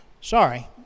Sorry